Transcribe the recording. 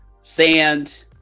sand